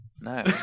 No